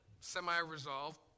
semi-resolved